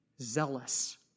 Zealous